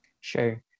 Sure